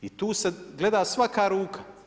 I tu se gleda svaka ruka.